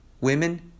Women